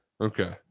Okay